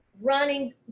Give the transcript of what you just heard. running